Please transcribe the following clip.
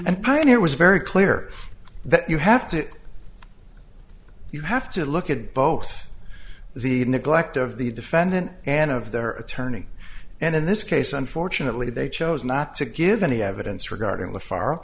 and pioneer was very clear that you have to you have to look at both the neglect of the defendant and of their attorney and in this case unfortunately they chose not to give any evidence regarding the f